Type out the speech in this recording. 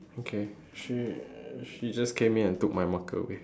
okay she she just came in and took my marker away